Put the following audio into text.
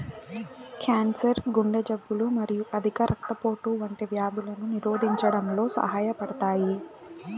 cancer, గుండె జబ్బులు మరియు అధిక రక్తపోటు వంటి వ్యాధులను నిరోధించడంలో సహాయపడతాయి